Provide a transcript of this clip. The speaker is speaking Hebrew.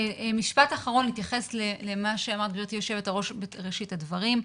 משפט אחרון בהתייחס למה שאמרת גבירתי יושבת-הראש בראשית הדברים,